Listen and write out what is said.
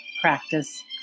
practice